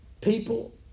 people